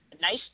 nice